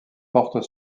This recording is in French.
porte